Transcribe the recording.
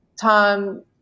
tom